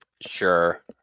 Sure